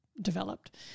developed